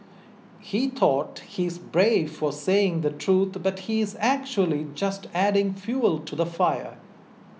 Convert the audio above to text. he thought he's brave for saying the truth but he is actually just adding fuel to the fire